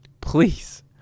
please